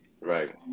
right